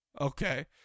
Okay